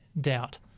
doubt